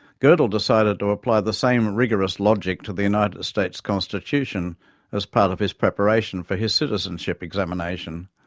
godel decided to apply the same rigorous logic to the united states constitution as part of his preparation for his citizenship examination.